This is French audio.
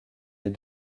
les